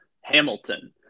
Hamilton